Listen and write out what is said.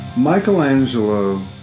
Michelangelo